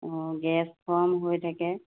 অঁ গেছ ফৰ্ম হৈ থাকে